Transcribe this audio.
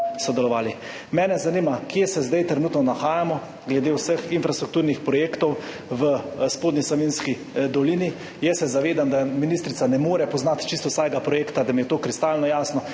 sodelovali. Mene zanima: Kje se trenutno nahajamo glede vseh infrastrukturnih projektov v Spodnji Savinjski dolini? Jaz se zavedam, da ministrica ne more poznati čisto vsakega projekta, to mi je kristalno jasno,